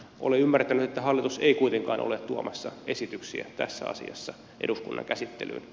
olen ymmärtänyt että hallitus ei kuitenkaan ole tuomassa esityksiä tässä asiassa eduskunnan käsittelyyn